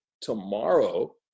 tomorrow